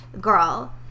girl